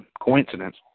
coincidence